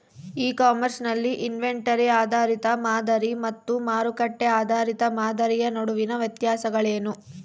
E commerce ನಲ್ಲಿ inventory ಆಧಾರಿತ ಮಾದರಿ ಮತ್ತು ಮಾರುಕಟ್ಟೆ ಆಧಾರಿತ ಮಾದರಿಯ ನಡುವಿನ ವ್ಯತ್ಯಾಸಗಳೇನು?